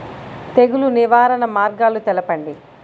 తెగులు నివారణ మార్గాలు తెలపండి?